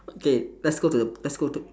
okay let's go to the let's go to